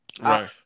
Right